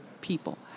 people